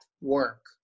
work